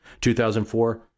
2004